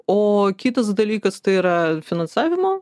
o kitas dalykas tai yra finansavimo